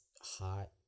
hot